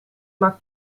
maar